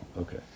Okay